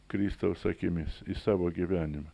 kristaus akimis į savo gyvenimą